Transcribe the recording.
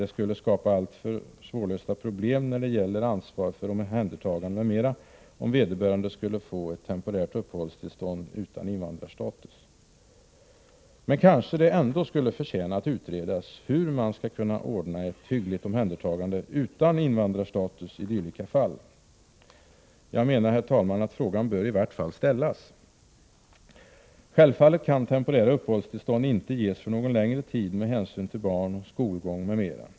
Det skulle skapa alltför svårlösta problem när det gäller ansvar för omhändertagande m.m. om vederbörande skulle få ett temporärt uppehållstillstånd utan invandrarstatus. Men kanske det ändå skulle förtjäna att utredas hur man skulle kunna ordna ett hyggligt omhändertagande utan invandrarstatus i dylika fall? Jag menar, herr talman, att frågan i vart fall bör ställas. Självfallet kan temporära uppehållstillstånd inte ges för någon längre tid med hänsyn till barn och skolgång, m.m.